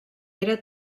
era